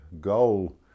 goal